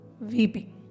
weeping